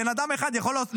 בן אדם אחד יכול להיות?